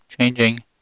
changing